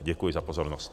Děkuji za pozornost.